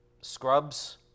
scrubs